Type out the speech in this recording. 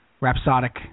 rhapsodic